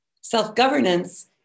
Self-governance